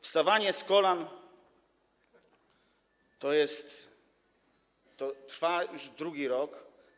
Wstawanie z kolan - to trwa już drugi rok.